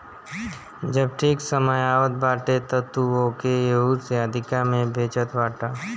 जब ठीक समय आवत बाटे तअ तू ओके एहू से अधिका में बेचत बाटअ